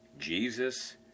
Jesus